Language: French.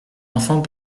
enfant